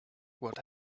what